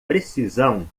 precisão